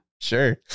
sure